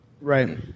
Right